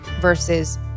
versus